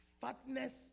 Fatness